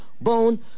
bone